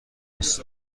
است